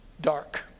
dark